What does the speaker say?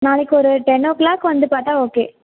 நாளைக்கு ஒரு ten o'clock வந்து பார்த்தா ஓகே